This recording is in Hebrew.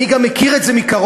אני גם מכיר את זה מקרוב,